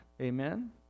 Amen